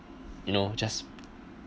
you know just